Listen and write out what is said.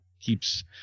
keeps